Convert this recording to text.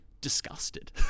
disgusted